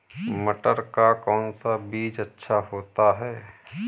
मटर का कौन सा बीज अच्छा होता हैं?